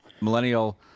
millennial